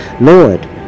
Lord